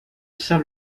saint